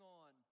on